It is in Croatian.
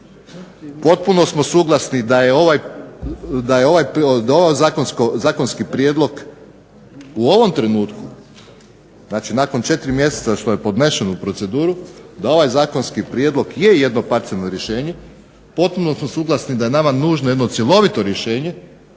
Potpuno smo suglasni da je ovaj zakonski prijedlog u ovom trenutku, znači nakon 4 mjeseca što je podnesen u proceduru, da ovaj zakonski prijedlog je jedno parcijalno rješenje. Potpuno smo suglasni da je nama nužno jedno cjelovito rješenje.